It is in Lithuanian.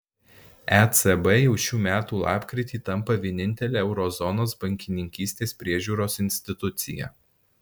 ecb jau šių metų lapkritį tampa vienintele euro zonos bankininkystės priežiūros institucija